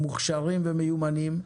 מוכשרים ומיומנים,